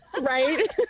Right